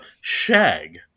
Shag